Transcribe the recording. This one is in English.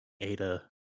Ada